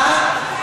כבר,